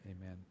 Amen